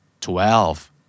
Twelve